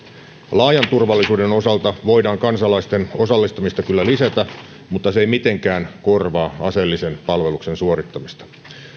laajan turvallisuuden osalta voidaan kansalaisten osallistumista kyllä lisätä mutta se ei mitenkään korvaa aseellisen palveluksen suorittamista